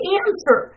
answer